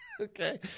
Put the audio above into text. Okay